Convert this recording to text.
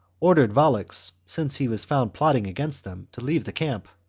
ordered volux, since he was found plotting against them, to leave the camp.